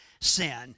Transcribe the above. sin